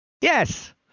Yes